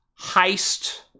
heist